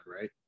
right